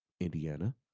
Indiana